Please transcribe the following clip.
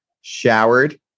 showered